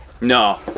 No